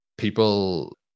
people